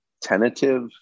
tentative